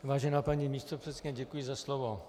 Vážená paní místopředsedkyně, děkuji za slovo.